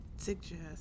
suggest